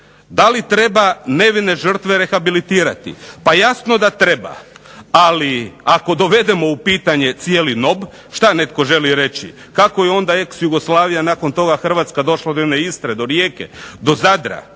Da li treba nevine žrtve rehabilitirati, pa jasno da treba. Ali ako dovedemo u pitanje cijeli NOB, šta netko želi reći, kako je onda ex Jugoslavija, nakon toga Hrvatska došla do jedne Istre, do rijeke, do Zadra,